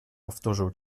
powtórzył